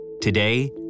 Today